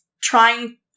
trying